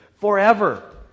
forever